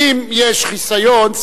אם יש חיסיון,